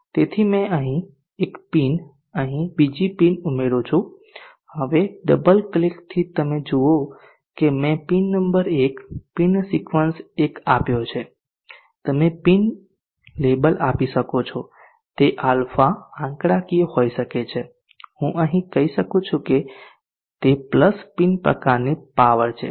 તેથી મેં અહીં એક પિન અહીં બીજી પિન ઉમેરૂ છું હવે ડબલ ક્લિકથી તમે જુઓ કે મેં પિન નંબર 1 પિન સિક્વન્સ 1 આપ્યો છે તમે પિન લેબલ આપી શકો છો તે α આંકડાકીય હોઈ શકે છે હું કહી શકું છું કે તે પિન પ્રકારની પાવર છે